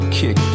kick